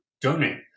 donate